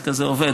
שהעסק הזה עובד.